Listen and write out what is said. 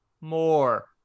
more